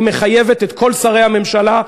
היא מחייבת את כל שרי הממשלה,